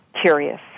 curious